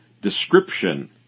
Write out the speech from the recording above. description